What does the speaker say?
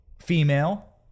female